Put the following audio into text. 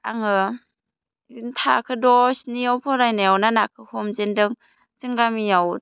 आङो थाखो द' स्निआव फरायनायावनो आं नाखौ हमजेनदों जों गामियाव